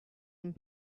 and